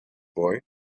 boy